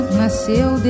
nasceu